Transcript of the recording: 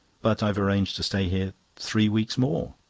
but i've arranged to stay here three weeks more.